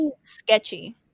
sketchy